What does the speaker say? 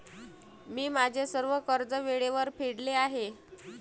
मी माझे सर्व कर्ज वेळेवर फेडले आहे